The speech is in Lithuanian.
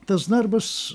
tas darbas